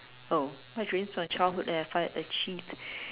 oh my dreams during my childhood that I have achieved